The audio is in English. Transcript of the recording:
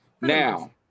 now